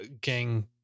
gang